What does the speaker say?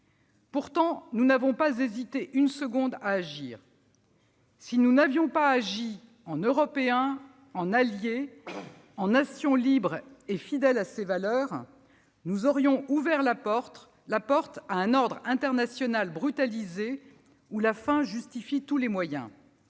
Pourtant, nous n'avons pas hésité une seconde à agir. Si nous n'avions pas agi en Européens, en alliés, en nation libre et fidèle à ses valeurs, nous aurions ouvert la porte à un ordre international brutalisé où la fin justifie tous les moyens.